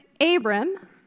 Abram